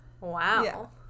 wow